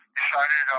decided